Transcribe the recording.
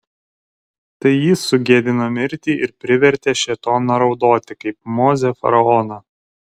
tai jis sugėdino mirtį ir privertė šėtoną raudoti kaip mozė faraoną